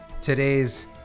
today's